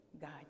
God